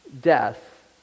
death